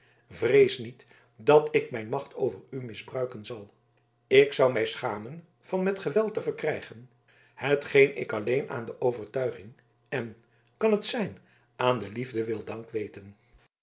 vrees niet dat ik mijn macht over u misbruiken zal ik zou mij schamen van met geweld te verkrijgen hetgeen ik alleen aan de overtuiging en kan t zijn aan de liefde wil dank weten